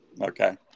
Okay